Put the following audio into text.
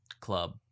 club